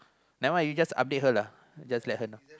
never mind you just update her lah just let her know